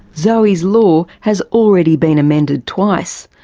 zoe's law has already been amended twice.